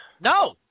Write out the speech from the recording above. No